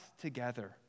together